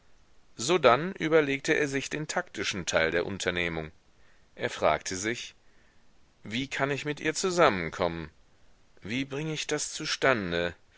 sodann überlegte er sich den taktischen teil der unternehmung er fragte sich wie kann ich mit ihr zusammenkommen wie bring ich das zustande